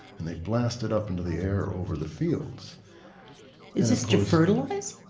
and they blast it up into the air over the fields is this to fertilize?